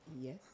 Yes